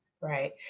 right